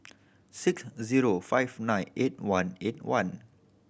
six zero five nine eight one eight one